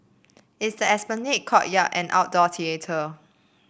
it's the Esplanade courtyard and outdoor theatre